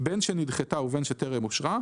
בין שנדחתה ובין שטרם אושרה,